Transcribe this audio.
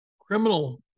criminal